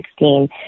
2016